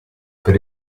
per